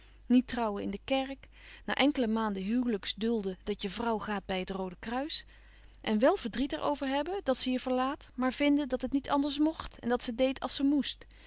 niet trouwen in de kerk na enkele maanden huwelijks dulden dat je vrouw gaat bij het roode kruis en wel verdriet er over hebben dat ze je verlaat maar vinden dat het niet anders mocht en dat ze deed als ze moest